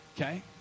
Okay